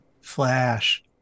flash